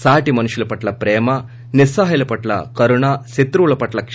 సాటి మనుషుల పట్ల ప్రేమ నిస్పహాయుల పట్ల కరుణ శత్రువుల పట్ల క